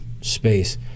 space